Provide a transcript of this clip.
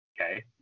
Okay